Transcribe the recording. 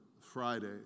Friday